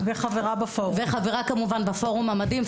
וחברה בפורום המדהים,